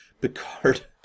Picard